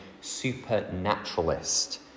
supernaturalist